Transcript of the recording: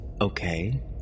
Okay